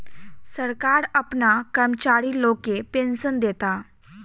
सरकार आपना कर्मचारी लोग के पेनसन देता